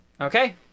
Okay